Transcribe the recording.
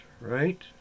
right